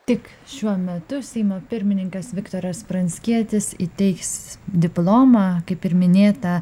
tik šiuo metu seimo pirmininkas viktoras pranckietis įteiks diplomą kaip ir minėtą